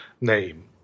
name